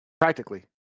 Practically